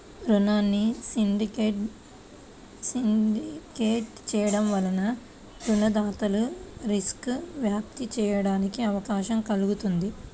రుణాన్ని సిండికేట్ చేయడం వలన రుణదాతలు రిస్క్ను వ్యాప్తి చేయడానికి అవకాశం కల్గుతుంది